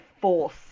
force